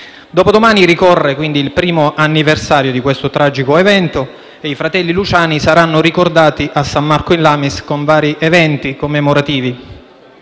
Dopodomani ricorre il primo anniversario di questo tragico evento, e i fratelli Luciani saranno ricordati a San Marco in Lamis con vari eventi commemorativi.